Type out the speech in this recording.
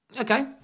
Okay